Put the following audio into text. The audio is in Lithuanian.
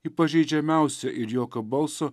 į pažeidžiamiausią ir jokio balso